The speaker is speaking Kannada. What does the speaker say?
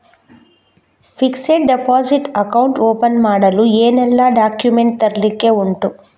ಫಿಕ್ಸೆಡ್ ಡೆಪೋಸಿಟ್ ಅಕೌಂಟ್ ಓಪನ್ ಮಾಡಲು ಏನೆಲ್ಲಾ ಡಾಕ್ಯುಮೆಂಟ್ಸ್ ತರ್ಲಿಕ್ಕೆ ಉಂಟು?